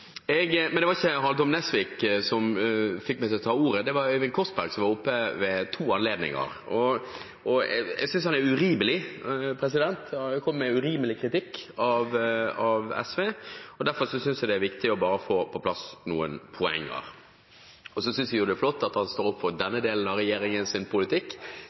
Men det var ikke representanten Nesvik som fikk meg til å ta ordet, det var representanten Korsberg, som var oppe ved to anledninger. Jeg synes han er urimelig, han kom med urimelig kritikk av SV, og derfor synes jeg det er viktig bare å få på plass noen poenger. Og så synes jeg jo det er flott at han står opp for denne delen av regjeringens politikk,